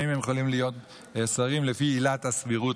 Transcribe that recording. אם הם יכולים להיות שרים לפי עילת הסבירות,